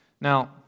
Now